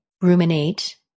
ruminate